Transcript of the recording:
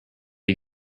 you